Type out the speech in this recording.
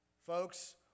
Folks